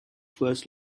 first